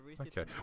Okay